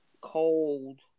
cold